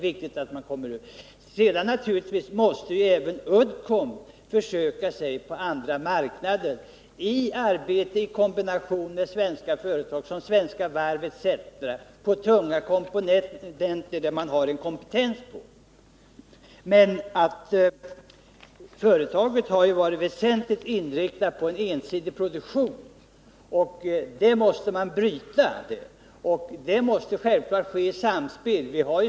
Finansiellt stöd Naturligtvis måste även Uddcomb i samarbete med andra företag, såsom = ;jj/ Uddcomb Swe Svenska Varv, söka sig till andra marknader när det gäller tunga komponenden AB ter som man har kompetens att tillverka. Företagets produktion har haft en ensidig inriktning, och denna måste brytas. Det måste här bli fråga om ett samspel.